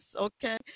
okay